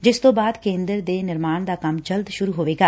ਜਿਸ ਤੋ ਬਾਅਦ ਕੇ'ਦਰ ਦੇ ਨਿਰਮਾਣ ਦਾ ਕੰਮ ਜਲਦੀ ਸ਼ੁਰੂ ਹੋ ਜਾਵੇਗਾ